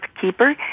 Keeper